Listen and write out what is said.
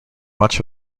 much